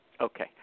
okay